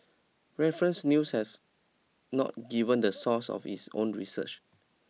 reference news has not given the source of its own research